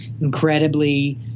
incredibly